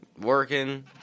Working